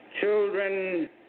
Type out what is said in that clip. Children